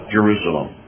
Jerusalem